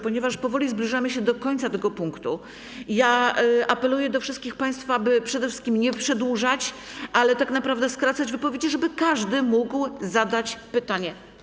Ponieważ powoli zbliżamy się do końca tego punktu, apeluję do wszystkich państwa, by przede wszystkim nie przedłużać i naprawdę skracać wypowiedzi, żeby każdy mógł zadać pytanie.